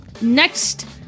next